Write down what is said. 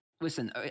listen